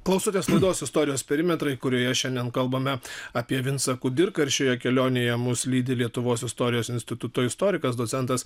klausotės laidos istorijos perimetrai kurioje šiandien kalbame apie vincą kudirką ir šioje kelionėje mus lydi lietuvos istorijos instituto istorikas docentas